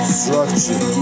Structure